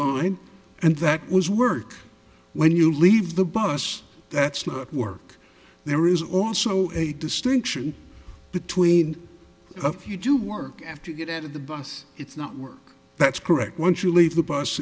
line and that was work when you leave the bus that's not work there is also a distinction between a few do work after you get out of the bus it's not work that's correct once you leave the bus